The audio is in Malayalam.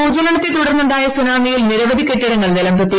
ഭൂചലനത്തെ തുടർന്നു ായ സുനാമിയിൽ നിരവധി കെട്ടിടങ്ങൾ നിലം പൊത്തി